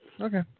Okay